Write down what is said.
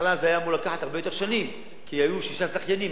בהתחלה זה היה אמור לקחת הרבה יותר שנים כי היו שישה זכיינים,